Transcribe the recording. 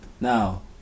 Now